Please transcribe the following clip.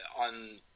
on